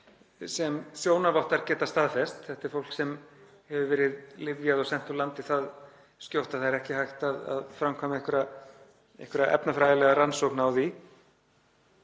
sem sjónarvottar geta staðfest, að fólk hafi verið lyfjað og sent úr landi svo skjótt að ekki var hægt að framkvæma einhverja efnafræðilega rannsókn á því.